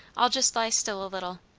i'll just lie still a little.